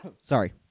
Sorry